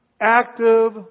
active